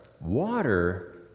Water